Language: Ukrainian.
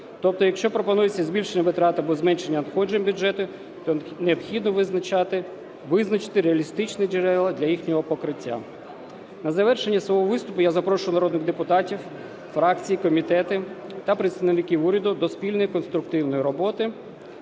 Тобто, якщо пропонується збільшення витрат або зменшення надходжень бюджету, то необхідно визначити реалістичні джерела для їхнього покриття. На завершення свого виступу я запрошую народних депутатів, фракції, комітети та представників уряду до спільної, конструктивної роботи